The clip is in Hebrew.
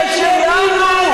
זה שלנו.